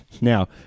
Now